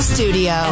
Studio